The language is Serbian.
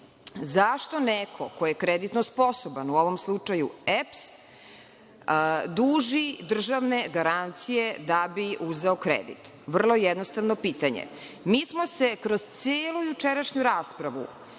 zašto neko ko je kreditno sposoban, u ovom slučaju EPS, duži državne garancije da bi uzeo kredit? Vrlo jednostavno pitanje. Mi smo se kroz celu jučerašnju raspravu,